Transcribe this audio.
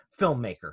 filmmaker